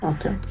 Okay